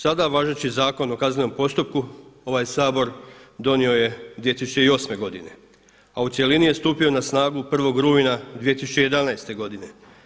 Sada važeći Zakon o kaznenom postupku ovaj Sabor donio je 2008. godine, a u cjelini je stupio na snagu 1. rujna 2011. godine.